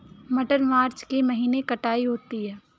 मटर मार्च के महीने कटाई होती है?